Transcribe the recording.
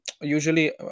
usually